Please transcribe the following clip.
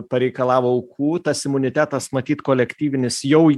pareikalavo aukų tas imunitetas matyt kolektyvinis jau